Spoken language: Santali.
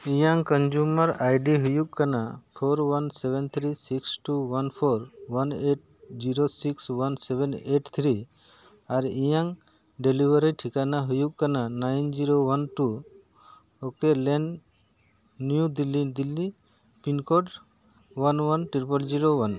ᱤᱧᱟᱹᱜ ᱠᱚᱱᱡᱩᱢᱟᱨ ᱟᱭᱰᱤ ᱦᱩᱭᱩᱜ ᱠᱟᱱᱟ four one seven three six two one four one eight zero six one seven eight three ᱟᱨ ᱤᱧᱟᱹᱜ ᱰᱮᱞᱤᱵᱷᱟᱨᱤ ᱴᱷᱤᱠᱟᱱᱟ ᱦᱩᱭᱩᱜ ᱠᱟᱱᱟ nine zero one two O K lane new Delhi Delhi pin code one one triple zero one